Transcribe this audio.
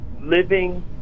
living